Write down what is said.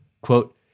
quote